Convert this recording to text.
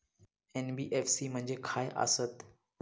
NBFC म्हणजे खाय आसत?